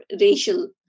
racial